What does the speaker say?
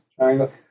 Triangle